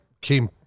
came